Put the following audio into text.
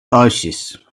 oasis